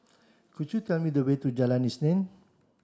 could you tell me the way to Jalan Isnin